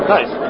Nice